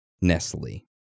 Nestle